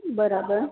બરાબર